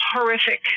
horrific